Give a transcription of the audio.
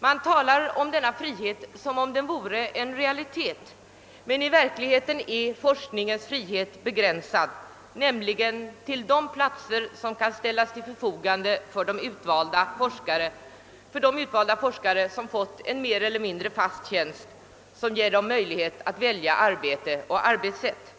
Man talar om denna frihet som om den vore en realitet, men i verkligheten är forskningens frihet begränsad, nämligen till de platser som kan ställas till förfogande för de utvalda forskare som fått en mer eiler mindre fast tjänst vilken ger dem möjlighet att välja arbete och arbetssätt.